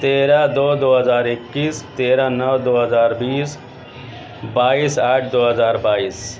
تیرہ دو دو ہزار اکیس تیرہ نو دو ہزار بیس بائیس آٹھ دو ہزار بائیس